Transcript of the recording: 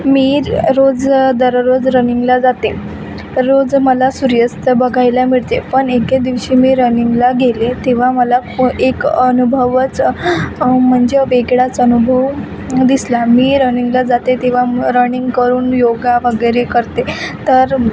मी रोज दररोज रनिंगला जाते रोज मला सूर्यास्त बघायला मिळते पण एके दिवशी मी रनिंगला गेले तेव्हा मला एक अनुभवच म्हणजे वेगळाच अनुभव दिसला मी रनिंगला जाते तेव्हा रनिंग करून योगा वगैरे करते तर